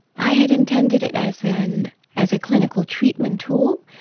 i had intended it as and as a clinical treatment tool,